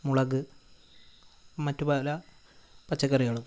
മുളക് മറ്റു പല പച്ചക്കറികളും